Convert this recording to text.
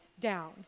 down